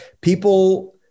people